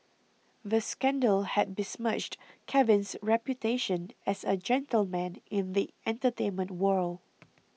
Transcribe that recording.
the scandal had besmirched Kevin's reputation as a gentleman in the entertainment world